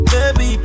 Baby